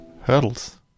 hurdles